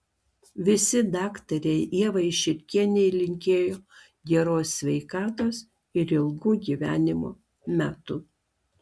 visi daktarei ievai širkienei linkėjo geros sveikatos ir ilgų gyvenimo metų